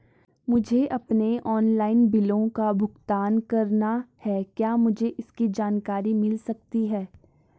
मुझे अपने ऑनलाइन बिलों का भुगतान करना है क्या मुझे इसकी जानकारी मिल सकती है?